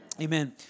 Amen